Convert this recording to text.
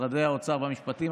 משרדי האוצר והמשפטים.